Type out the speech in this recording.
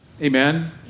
Amen